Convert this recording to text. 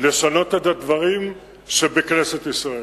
לשנות את הדברים שבכנסת ישראל.